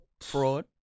fraud